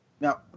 Now